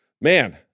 Man